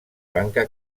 banca